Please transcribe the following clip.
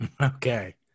okay